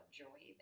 joy